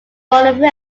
phone